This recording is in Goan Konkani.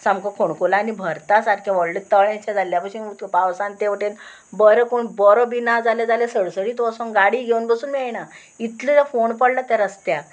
सामको फोणकुलांनी भरता सारकें व्हडलें तळेचें जाल्ल्या भशेन पावसांत तेवटेन बरो कोण बरो बी ना जाले जाल्यार सडसडीत वोसोन गाडी घेवन बसून मेळना इतले जाल्यार फोण पडला त्या रस्त्याक